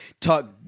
Talk